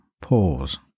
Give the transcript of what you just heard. pause